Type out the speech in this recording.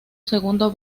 segundo